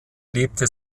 lebte